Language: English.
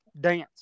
dance